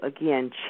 again